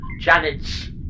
Janet's